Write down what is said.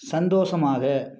சந்தோஸமாக